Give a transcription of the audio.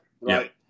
Right